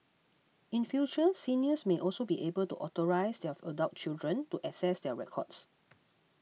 in future seniors may also be able to authorise their adult children to access their records